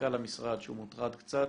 מנכ"ל המשרד, שהוא מוטרד קצת,